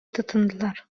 тотындылар